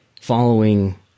following